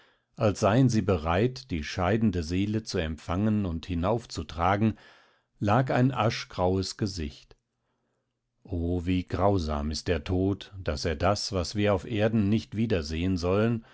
als seien sie bereit die scheidende seele zu empfangen und hinaufzutragen lag ein aschgraues gesicht o wie grausam ist der tod daß er das was wir auf erden nicht wiedersehen sollen